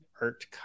art